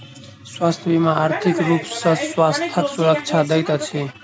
स्वास्थ्य बीमा आर्थिक रूप सॅ स्वास्थ्यक सुरक्षा दैत अछि